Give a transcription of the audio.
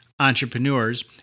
entrepreneurs